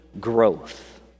growth